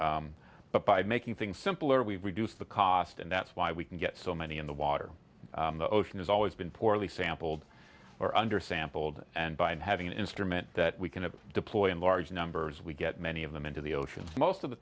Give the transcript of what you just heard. but by making things simpler we reduce the cost and that's why we can get so many in the water the ocean is always been poorly sampled or under sampled and by and having an instrument that we can deploy in large numbers we get many of them into the ocean most of the